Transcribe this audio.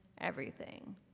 everything